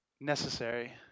necessary